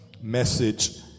message